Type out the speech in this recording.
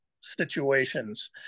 situations